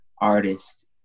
artist